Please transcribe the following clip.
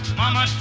mama